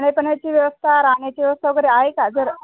खाण्यापिण्याची व्यवस्था राहण्याची व्यवस्था वगैरे आहे का जर